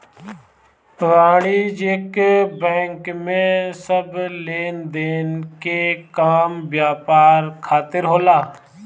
वाणिज्यिक बैंक में सब लेनदेन के काम व्यापार खातिर होला